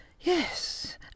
Yes